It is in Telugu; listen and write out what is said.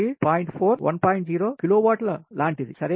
4 140 కి లోవాట్ల లాంటిది సరే